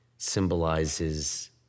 symbolizes